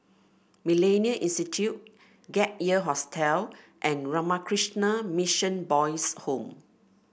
MillenniA Institute Gap Year Hostel and Ramakrishna Mission Boys' Home